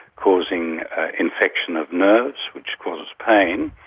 causing infection of nerves, which causes pain,